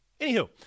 Anywho